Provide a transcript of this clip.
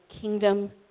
kingdom